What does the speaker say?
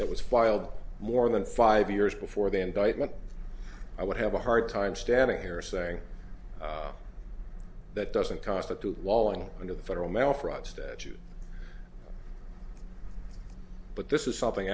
that was filed more than five years before the indictment i would have a hard time standing here saying that doesn't constitute walling under the federal mail fraud statute but this is something